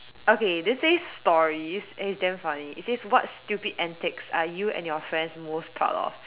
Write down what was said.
okay this says stories and it's damn funny it says what most stupid antics are you and your friends most proud of